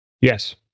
Yes